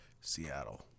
Seattle